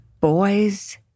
boys